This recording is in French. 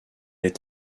est